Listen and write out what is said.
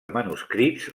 manuscrits